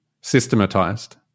systematized